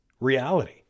reality